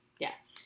Yes